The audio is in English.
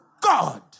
God